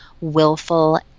willful